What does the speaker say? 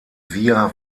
via